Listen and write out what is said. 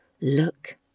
look